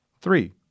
Three